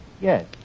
Yes